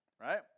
right